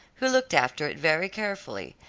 who looked after it very carefully,